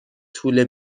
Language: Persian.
طول